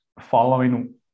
following